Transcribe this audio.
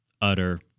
Utter